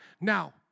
Now